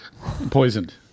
Poisoned